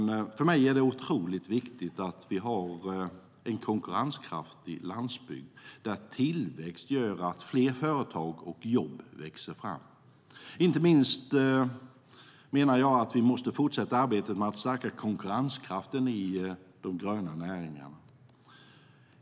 För mig är det otroligt viktigt att vi har en konkurrenskraftig landsbygd där tillväxt gör att fler företag och jobb växer fram. Inte minst menar jag att vi måste fortsätta arbetet med att stärka konkurrenskraften i de gröna näringarna.